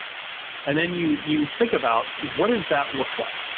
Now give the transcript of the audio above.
and then you you think about what does that look like,